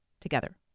together